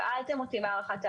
שאלתם אותי מה הערכת העלות.